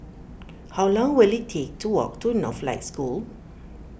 how long will it take to walk to Northlight School